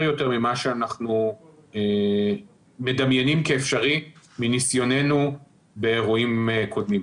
יותר ממה שאנחנו מדמיינים כאפשרי מניסיוננו באירועים קודמים.